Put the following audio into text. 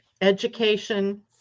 education